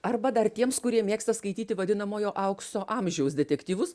arba dar tiems kurie mėgsta skaityti vadinamojo aukso amžiaus detektyvus